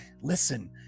listen